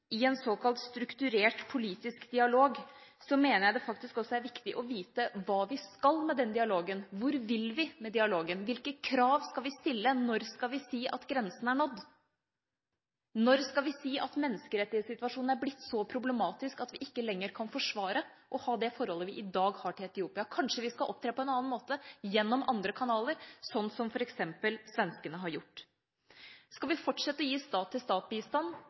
i en såkalt strukturert politisk dialog, mener jeg det faktisk også er viktig å vite hva vi skal med den dialogen. Hvor vil vi med dialogen? Hvilke krav skal vi stille? Når skal vi si at grensen er nådd? Når skal vi si at menneskerettighetssituasjonen er blitt så problematisk at vi ikke lenger kan forsvare å ha det forholdet vi i dag har til Etiopia? Kanskje vi skal opptre på en annen måte, gjennom andre kanaler, slik som f.eks. svenskene har gjort. Skal vi fortsette å gi